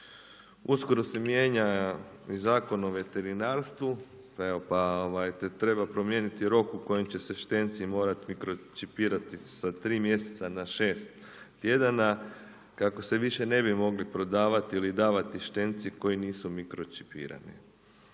Uskoro se mijenja i Zakon o veterinarstvu, evo pa treba promijeniti rok u kojem će se štenci morati mikročipirati sa 3 mjeseca na 6 tjedana kako se više ne bi mogli prodavati ili davati štenci koji nisu mikročipirani.